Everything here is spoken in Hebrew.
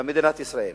במדינת ישראל.